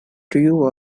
grew